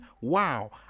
wow